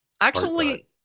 actually-